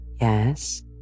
Yes